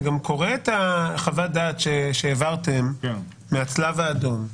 אני גם קורא את חוות הדעת שהעברתם מהצלב האדום,